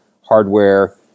hardware